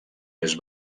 més